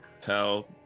tell